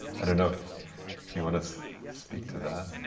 i don't know if you want to speak to that.